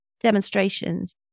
demonstrations